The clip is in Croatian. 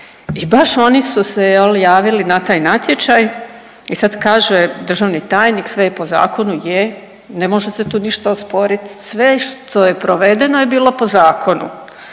i baš oni su se jel javili na taj natječaj i sad kaže državni tajnik sve je po zakonu, je, ne može se tu ništa osporit sve što je provedeno je bilo po zakonu.